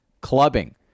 clubbing